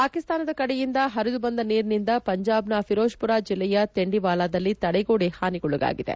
ಪಾಕಿಸ್ತಾನದ ಕಡೆಯಿಂದ ಹರಿದು ಬಂದ ನೀರಿನಿಂದ ಪಂಜಾಬ್ನ ಫಿರೋಜ್ಮರ ಜಿಲ್ಲೆಯ ತೆಂಡಿವಾಲಾದಲ್ಲಿ ಕಡೆಗೋಡೆ ಹಾನಿಗೊಳಗಾಗಿದೆ